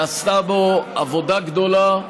עבודה גדולה,